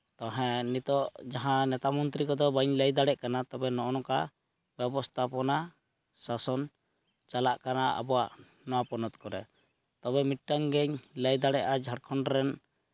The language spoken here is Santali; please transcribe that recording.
ᱛᱚ ᱦᱮᱸ ᱱᱤᱛᱚᱜ ᱡᱟᱦᱟᱸ ᱱᱮᱛᱟ ᱢᱚᱱᱛᱨᱤ ᱠᱚᱫᱚ ᱵᱟᱹᱧ ᱞᱟᱹᱭ ᱫᱟᱲᱮᱜ ᱠᱟᱱᱟ ᱛᱚᱵᱮ ᱱᱚᱜᱼᱚ ᱱᱚᱝᱠᱟ ᱵᱮᱵᱚᱥᱛᱷᱟᱯᱚᱱᱟ ᱥᱟᱥᱚᱱ ᱪᱟᱞᱟᱜ ᱠᱟᱱᱟ ᱟᱵᱚᱣᱟᱜ ᱱᱚᱣᱟ ᱯᱚᱱᱚᱛ ᱠᱚᱨᱮᱫ ᱛᱚᱵᱮ ᱢᱤᱫᱴᱟᱱ ᱜᱤᱧ ᱞᱟᱹᱭ ᱫᱟᱲᱮᱜᱼᱟ ᱡᱷᱟᱲᱠᱷᱚᱱᱰ ᱨᱮᱱ